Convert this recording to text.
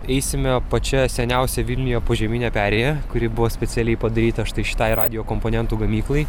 eisime pačia seniausia vilniuje požemine perėja kuri buvo specialiai padaryta štai šitai radijo komponentų gamyklai